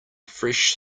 fresh